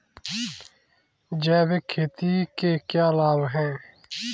जैविक खेती के क्या लाभ हैं?